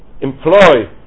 employ